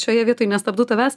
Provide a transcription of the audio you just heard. šioje vietoj nestabdau tavęs